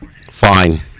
Fine